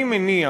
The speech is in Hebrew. אני מניח,